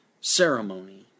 ceremony